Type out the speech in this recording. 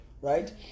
right